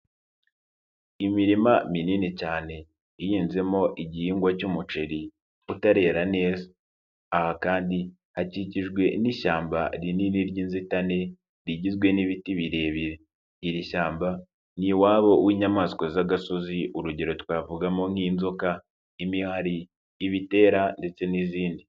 Imirima minini cyane ihinzemo igihingwa cy'umuceri utarera neza. Aha kandi hakikijwe n'ishyamba rinini ry'inzitane rigizwe n'ibiti birebire, iri shyamba ni iwabo w'inyamaswa z'agasozi urugero twavugamo nk'inzoka, imihari, ibitera ndetse n'izindi.